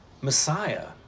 Messiah